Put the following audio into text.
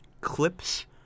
clips